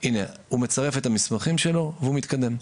מצרף את המסמכים שלו והוא מתקדם.